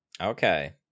Okay